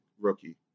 rookie